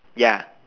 ya